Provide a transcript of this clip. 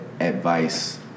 advice